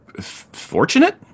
fortunate